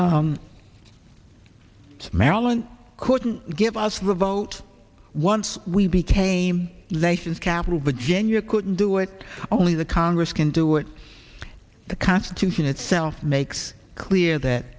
maryland couldn't give us revote once we became laces capital virginia couldn't do it only the congress can do it the constitution itself makes clear that